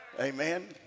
Amen